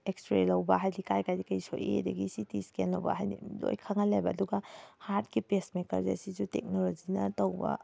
X ray ꯂꯧꯕ ꯍꯥꯏꯗꯤ ꯀꯥꯏ ꯀꯥꯏꯗ ꯀꯩ ꯁꯣꯛꯏ ꯑꯗꯨꯗꯒꯤ ꯁꯤ ꯗꯤ ꯏꯁꯀꯦꯟ ꯂꯧꯕ ꯍꯥꯏꯗꯤ ꯂꯣꯏꯅ ꯈꯪꯍꯜꯂꯦꯕ ꯑꯗꯨꯒ ꯍꯥꯔꯠꯀꯤ ꯄꯦꯖ ꯃꯦꯀꯔꯁꯦ ꯁꯤꯁꯨ ꯇꯦꯛꯅꯣꯂꯣꯖꯤꯅ ꯇꯧꯕ